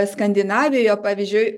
skandinavijoje pavyzdžiui